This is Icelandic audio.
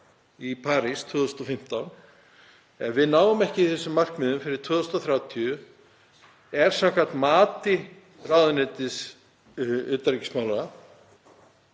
í París 2015. Ef við náum ekki þessum markmiðum fyrir 2030 fáum við, samkvæmt mati ráðuneytis utanríkismála,